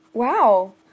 Wow